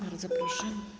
Bardzo proszę.